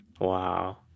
Wow